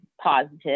positive